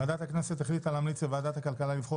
ועדת הכנסת החליטה להמליץ לוועדת הכלכלה לבחור